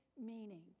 meaning